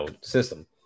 system